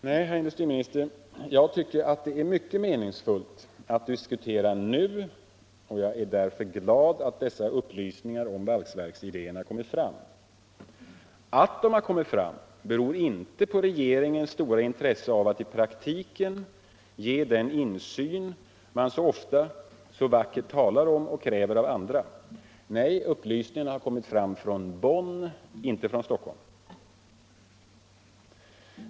Nej, herr industriminister, jag tycker att det är mycket meningsfullt att diskutera nu, och jag är därför glad att dessa upplysningar om valsverksidéerna kommit fram. Att de har kommit fram beror inte på regeringens stora intresse av att i praktiken ge den insyn man så ofta så vackert talar om och kräver av andra. Nej, upplysningarna har kommit från Bonn, inte från Stockholm.